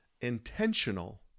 intentional